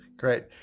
Great